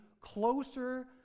closer